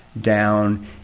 down